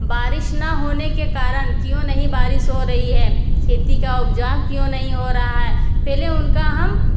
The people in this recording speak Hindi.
बारिश ना होने के कारण क्यों नहीं बारिश हो रही है खेती का उपजाऊ क्यों नहीं हो रहा है पहले उनका हम